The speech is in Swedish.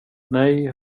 nej